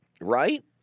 right